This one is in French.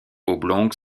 oblongues